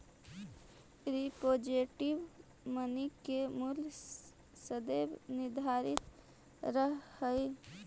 representative money के मूल्य सदैव निर्धारित रहऽ हई